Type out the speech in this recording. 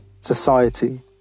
society